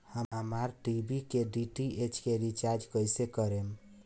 हमार टी.वी के डी.टी.एच के रीचार्ज कईसे करेम?